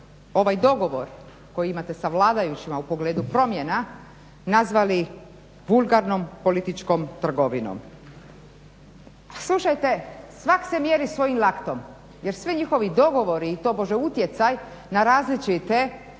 ovaj dogovor koji imate sa vladajućima u pogledu promjena nazvali vulgarnom političkom trgovinom. Slušajte, svak se mjeri svojim laktom, jer svi njihovi dogovori i tobože utjecaj na različite